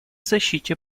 защите